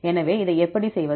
எனவே இதை எப்படி செய்வது